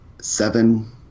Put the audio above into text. Seven